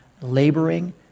laboring